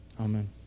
Amen